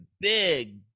big